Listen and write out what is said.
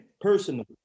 personally